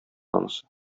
анысы